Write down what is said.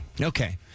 Okay